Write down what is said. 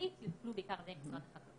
חקלאית יטופלו בעיקר על ידי משרד החקלאות.